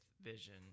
vision